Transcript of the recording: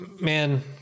man